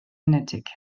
enetig